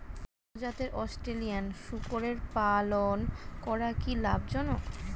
ভাল জাতের অস্ট্রেলিয়ান শূকরের পালন করা কী লাভ জনক?